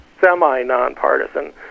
semi-nonpartisan